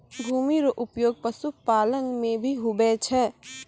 भूमि रो उपयोग पशुपालन मे भी हुवै छै